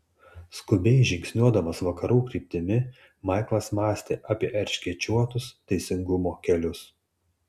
skubiai žingsniuodamas vakarų kryptimi maiklas mąstė apie erškėčiuotus teisingumo kelius